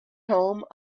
home